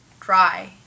dry